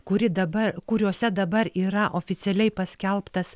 kuri dabar kuriuose dabar yra oficialiai paskelbtas